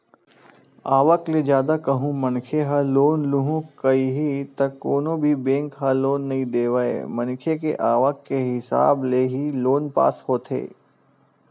आवक ले जादा कहूं मनखे ह लोन लुहूं कइही त कोनो भी बेंक ह लोन नइ देवय मनखे के आवक के हिसाब ले ही लोन पास होथे